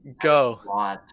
go